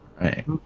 Right